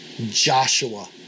Joshua